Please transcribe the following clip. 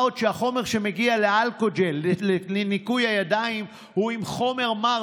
מה עוד שהחומר שמגיע לאלכוג'ל לניקוי הידיים הוא עם חומר מר,